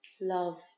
love